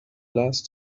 last